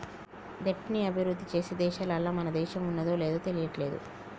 దెబ్ట్ ని అభిరుద్ధి చేసే దేశాలల్ల మన దేశం ఉన్నాదో లేదు తెలియట్లేదు